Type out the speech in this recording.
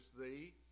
thee